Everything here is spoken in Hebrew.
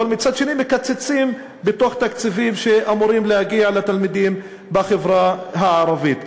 ומצד שני מקצצים בתקציבים שאמורים להגיע לתלמידים בחברה הערבית.